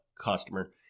customer